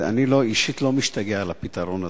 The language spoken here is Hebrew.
אבל אני אישית לא משתגע על הפתרון הזה.